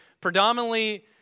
Predominantly